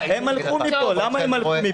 הם הלכו מפה, למה הם הלכו מפה?